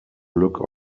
look